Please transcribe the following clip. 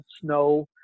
snow